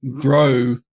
grow